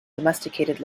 domesticated